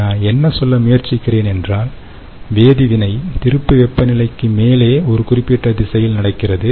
நான் என்ன சொல்ல முயற்சிக்கிறேன் என்றால் வேதிவினை திருப்பு வெப்பநிலைக்கு மேலே ஒரு குறிப்பிட்ட திசையில் நடக்கிறது